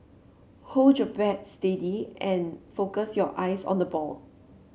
hold your bat steady and focus your eyes on the ball